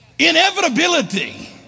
inevitability